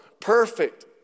perfect